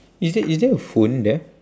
is there is there a phone there